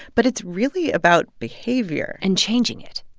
but it's really about behavior and changing it.